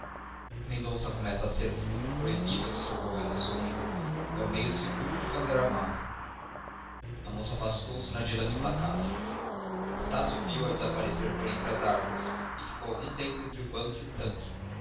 mendonça começa a ser o fruto proibido observou ela sorrindo é o meio seguro de o fazer amado a moça afastou-se na direção da casa estácio viu-a desaparecer por entre as árvores e ficou algum tempo entre o banco e o tanque